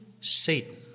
Satan